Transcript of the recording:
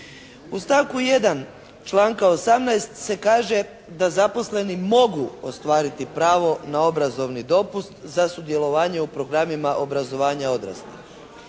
U stavku 1. članka 18. se kaže da zaposleni mogu ostvariti pravo na obrazovni dopust za sudjelovanje u programima obrazovanja odraslih.